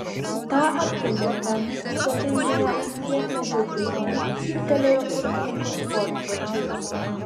tą akimirką svetainėje ant kietmedžio grindų cyptelėjo pulkininko sportbačiai